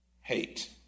hate